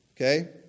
okay